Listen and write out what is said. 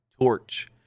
Torch